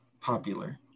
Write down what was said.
popular